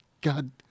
God